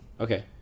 Okay